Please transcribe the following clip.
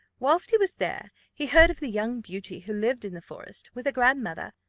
whilst he was there, he heard of the young beauty who lived in the forest, with a grandmother,